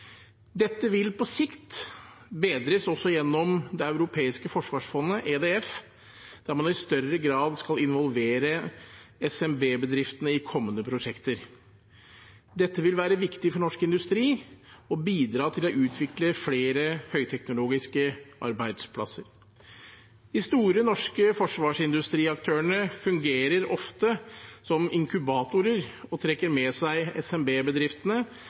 Dette vil på sikt bedres også gjennom Det europeiske forsvarsfondet, EDF, der man i større grad skal involvere SMB-bedriftene i kommende prosjekter. Dette vil være viktig for norsk industri og bidra til å utvikle flere høyteknologiske arbeidsplasser. De store norske forsvarsindustriaktørene fungerer ofte som inkubatorer og trekker med seg